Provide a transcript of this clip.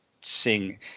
sing